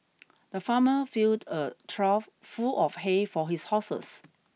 the farmer filled a trough full of hay for his horses